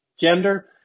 gender